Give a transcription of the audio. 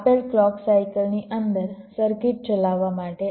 આપેલ ક્લૉક સાયકલની અંદર સર્કિટ ચલાવવા માટે આ જરૂરી ડેડ લાઇન છે